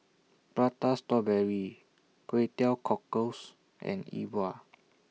Prata Strawberry Kway Teow Cockles and E Bua